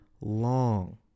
long